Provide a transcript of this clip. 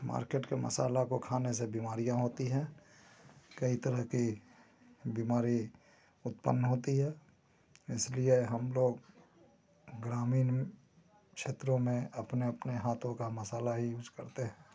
market के मसाला को खाने से बीमारियाँ होती हैं कई तरह की बीमारी उत्पन्न होती है इसलिए हम लोग ग्रामीण क्षेत्रों में अपने अपने हाथों का मसाला ही यूज करते हैं